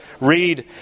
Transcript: read